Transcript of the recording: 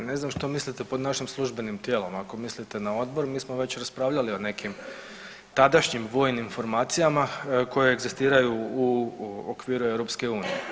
Pa ne znam što mislite pod našim službenim tijelima, ako mislite na odbor mi smo već raspravljali o nekim tadašnjim vojnim formacijama koje egzistiraju u okviru EU.